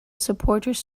supporters